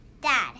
Dad